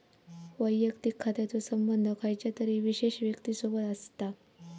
वैयक्तिक खात्याचो संबंध खयच्या तरी विशेष व्यक्तिसोबत असता